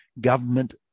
government